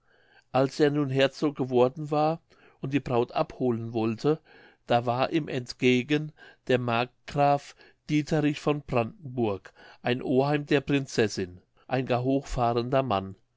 als er nun herzog geworden war und die braut abholen wollte da war ihm entgegen der markgraf dieterich von brandenburg ein oheim der prinzessin ein gar hochfahrender mann